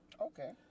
Okay